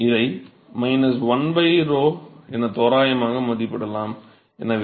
இதை 1 𝞺 என தோராயமாக மதிப்பிடலாம்